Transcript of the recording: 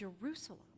Jerusalem